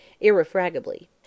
irrefragably